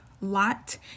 Lot